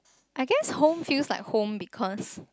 I guess home feels like home because